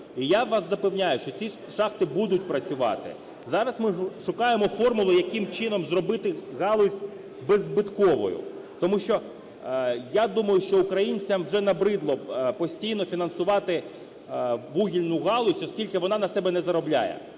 І я вас запевняю, що ці шахти будуть працювати. Зараз ми шукаємо формулу, яким чином зробити галузь беззбитковою, тому що я думаю, що українцям вже набридло постійно фінансувати вугільну галузь, оскільки вона на себе не заробляє.